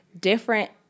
different